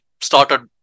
started